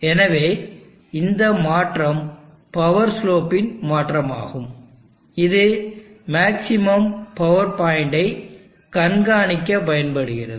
எனவே இந்த மாற்றம் பவர் ஸ்லோபின் மாற்றமாகும் இது மேக்ஸிமம் பவர்பாயின்ட் ஐ கண்காணிக்கப் பயன்படுகிறது